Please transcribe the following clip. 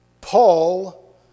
Paul